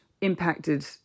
impacted